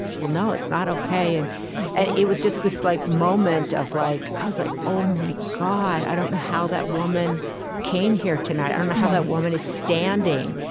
well, no, it's not ok. and and it was just this like moment of like i was like, oh, my god, i don't know how that woman came here tonight. i don't know how that woman is standing.